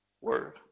word